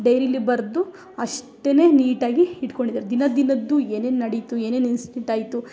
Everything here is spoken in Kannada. ಡೈರಿಲಿ ಬರೆದು ಅಷ್ಟೇ ನೀಟಾಗಿ ಇಟ್ಕೊಂಡಿದಾರೆ ದಿನ ದಿನದ್ದು ಏನೇನು ನಡೀತು ಏನೇನನು ಇನ್ಸಿಡೆಂಟ್ ಆಯಿತು